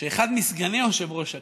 שאחד מסגני יושב-ראש הכנסת,